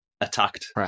attacked